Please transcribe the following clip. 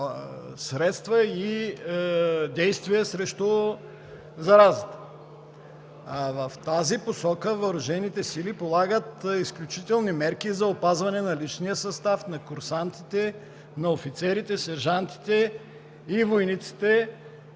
средства и действия срещу заразата. В тази посока въоръжените сили полагат изключителни мерки за опазване на личния състав, на курсантите, на офицерите, сержантите и войниците